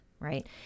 right